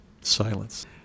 Silence